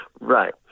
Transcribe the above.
Right